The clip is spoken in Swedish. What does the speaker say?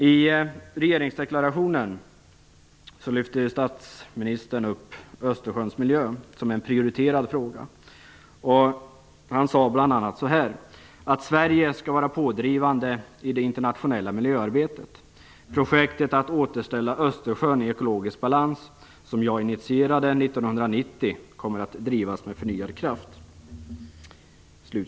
I regeringsdeklarationen lyfte statsministern upp Östersjöns miljö som en prioriterad fråga. Han sade bl.a.: Sverige skall vara pådrivande i det internationella miljöarbetet. Projektet att återställa Östersjön i ekologisk balans, som jag initierade 1990, kommer att drivas med förnyad kraft.